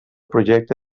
projecte